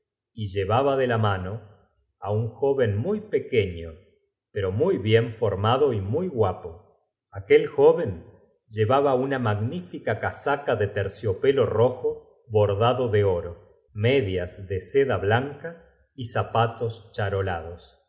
y llevaba de la mano á un joven muy pepero un día que el padrino drosselma queño pero muy bien formado y muy yer con la peluca colocada en el suelo guapo aquel joven llevaba una magnifica con la lengua fuera con las mangas de casaca de terciopelo rojo bordado do oro su levitón remang adas compon ía con la medias dg seda blanca y zapatos charola